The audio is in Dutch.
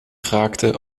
kraakte